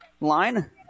line